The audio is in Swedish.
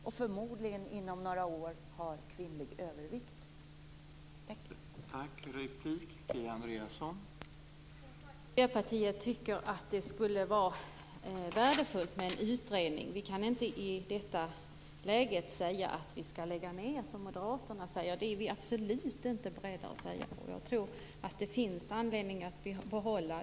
Inom några år har vi förmodligen kvinnlig övervikt där.